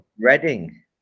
reading